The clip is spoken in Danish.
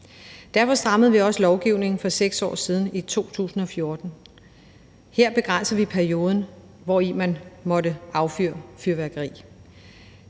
Derfor strammede vi også lovgivningen for 6 år siden, i 2014. Her begrænsede vi perioden, hvori man måtte affyre fyrværkeri.